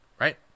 right